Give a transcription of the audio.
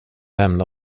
lämna